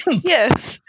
yes